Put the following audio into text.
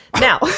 Now